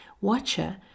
Watcher